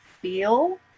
feel